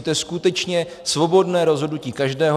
To je skutečně svobodné rozhodnutí každého.